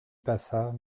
passa